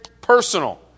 personal